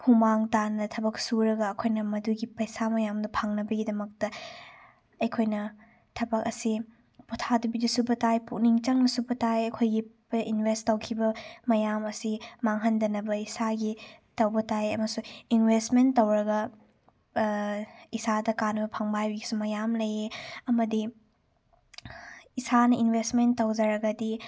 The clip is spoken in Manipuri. ꯍꯨꯃꯥꯡ ꯇꯥꯅ ꯊꯕꯛ ꯁꯨꯔꯒ ꯑꯩꯈꯣꯏꯅ ꯃꯗꯨꯒꯤ ꯄꯩꯁꯥ ꯃꯌꯥꯝꯗꯣ ꯐꯪꯅꯕꯒꯤꯗꯃꯛꯇ ꯑꯩꯈꯣꯏꯅ ꯊꯕꯛ ꯑꯁꯤ ꯄꯣꯊꯥꯗꯕꯤꯗ ꯁꯨꯕ ꯇꯥꯏ ꯄꯨꯛꯅꯤꯡ ꯆꯪꯅ ꯁꯨꯕ ꯇꯥꯏ ꯑꯩꯈꯣꯏꯒꯤ ꯏꯟꯚꯦꯁ ꯇꯧꯈꯤꯕ ꯃꯌꯥꯝ ꯑꯁꯤ ꯃꯥꯡꯍꯟꯗꯅꯕ ꯏꯁꯥꯒꯤ ꯇꯧꯕ ꯇꯥꯏ ꯑꯃꯁꯨꯡ ꯏꯟꯚꯦꯁꯃꯦꯟ ꯇꯧꯔꯒ ꯏꯁꯥꯗ ꯀꯥꯅꯕ ꯐꯪꯕ ꯍꯥꯏꯕꯒꯤꯁꯨ ꯃꯌꯥꯝ ꯂꯩꯌꯦ ꯑꯃꯗꯤ ꯏꯁꯥꯅ ꯏꯟꯚꯦꯁꯃꯦꯟ ꯇꯧꯖꯔꯒꯗꯤ